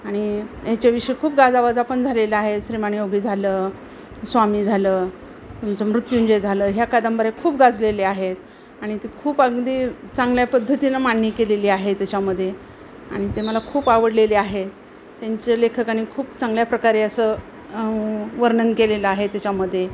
आणि याच्याविषयी खूप गाजावाजा पण झालेला आहे श्रीमान योगी झालं स्वामी झालं तुमचं मृत्युंजय झालं ह्या कादंबऱ्या खूप गाजलेल्या आहेत आणि ते खूप अगदी चांगल्या पद्धतीनं माडणी केलेली आहे त्याच्यामध्ये आणि ते मला खूप आवडलेले आहे त्यांच्या लेखकानी खूप चांगल्या प्रकारे असं वर्णन केलेलं आहे त्याच्यामध्ये